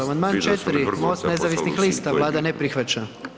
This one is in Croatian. Amandman 4. MOST nezavisnih lista, Vlada ne prihvaća.